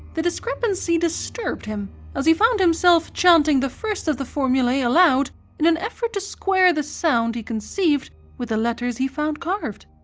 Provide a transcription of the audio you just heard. the discrepancy disturbed him and he found himself chanting the first of the formulae aloud in an effort to square the sound he conceived with the letters he found carved.